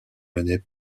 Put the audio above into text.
menée